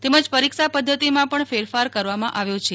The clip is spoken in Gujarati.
તેમજ પરીક્ષા પદ્ધતિમાં પણ ફેરફાર કરવામાં આવ્યો છે